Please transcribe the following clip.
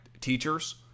teachers